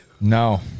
No